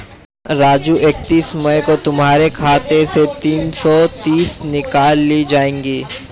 राजू इकतीस मई को तुम्हारे खाते से तीन सौ तीस निकाल ली जाएगी